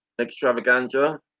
extravaganza